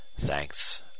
Thanks